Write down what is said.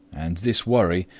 and this worry,